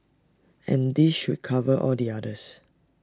and this should cover all the others